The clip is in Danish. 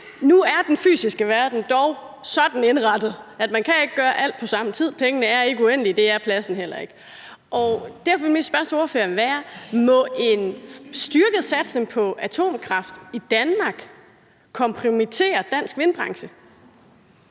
Nu er den fysiske verden dog sådan indrettet, at man ikke kan gøre alt på samme tid. Pengene er ikke uendelige, og det er pladsen heller ikke. Derfor vil mit spørgsmål til ordføreren være: Må en styrket satsning på atomkraft i Danmark gå ud over dansk vindbranche?